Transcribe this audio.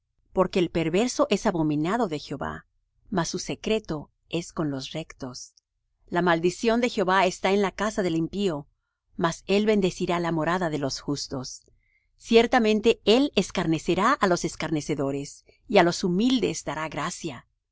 porque el perverso es abominado de jehová mas su secreto es con los rectos la maldición de jehová está en la casa del impío mas él bendecirá la morada de los justos ciertamente él escarnecerá á los escarnecedores y á los humildes dará gracia